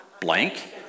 blank